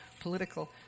political